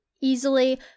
easily